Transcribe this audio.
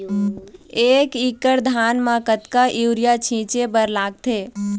एक एकड़ धान म कतका यूरिया छींचे बर लगथे?